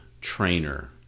trainer